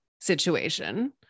situation